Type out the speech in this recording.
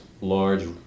large